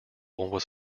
was